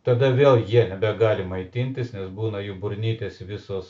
tada vėl jie nebegali maitintis nes būna jų burnytės visos